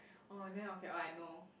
then okay I know